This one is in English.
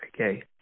okay